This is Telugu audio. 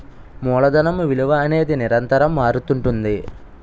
మూలధనం విలువ అనేది నిరంతరం మారుతుంటుంది